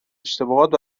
اشتباهات